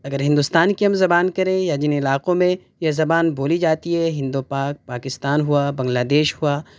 اگر ہندوستان کی ہم زبان کریں یا جن علاقوں میں یہ زبان بولی جاتی ہے ہند و پاک پاکستان ہوا بنگلہ دیش ہوا